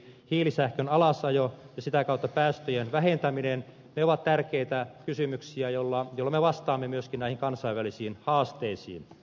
hiilisähkön alasajo ja sitä kautta päästöjen vähentäminen ovat tärkeitä kysymyksiä joilla me vastaamme myöskin näihin kansainvälisiin haasteisiin